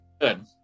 good